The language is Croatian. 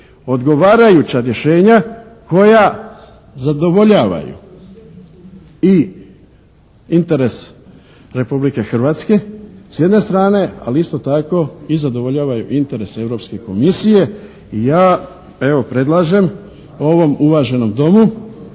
odgovarajuća rješenja koja zadovoljavaju i interes Republike Hrvatske s jedne strane ali isto tako i zadovoljavaju interes Europske komisije i ja evo predlažem ovom uvaženom Domu